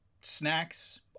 snacks